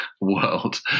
world